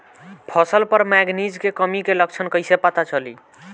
फसल पर मैगनीज के कमी के लक्षण कइसे पता चली?